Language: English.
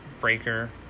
Breaker